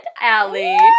Allie